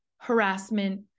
harassment